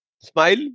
smile